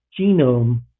genome